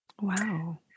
Wow